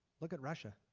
look at russia.